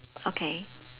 okay